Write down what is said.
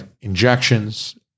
injections